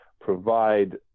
provide